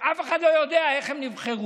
שאף אחד לא יודע איך הם נבחרו.